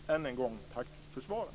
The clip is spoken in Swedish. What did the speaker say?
Än en gång tack för svaret.